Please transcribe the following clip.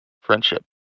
friendship